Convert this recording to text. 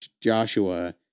Joshua